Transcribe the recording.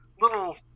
little